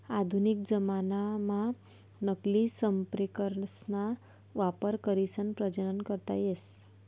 आधुनिक जमानाम्हा नकली संप्रेरकसना वापर करीसन प्रजनन करता येस